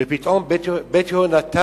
ופתאום "בית יהונתן"